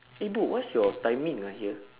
eh ibu what is your timing ah here